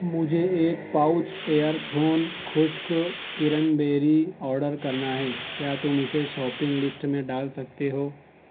مجھے ایک پاؤچ ایر تھون خشک کرن بیری آڈر کرنا ہے کیا تم اسے شاپنگ لسٹ میں ڈال سکتے ہو